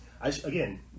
Again